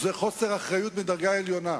זה חוסר אחריות מדרגה עליונה.